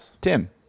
Tim